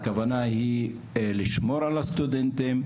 הכוונה היא לשמור על הסטודנטים,